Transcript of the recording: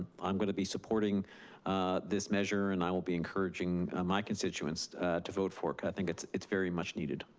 i'm gonna be supporting this measure, and i will be encouraging my constituents to vote for it. i think it's it's very much needed.